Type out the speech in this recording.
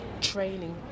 training